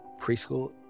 preschool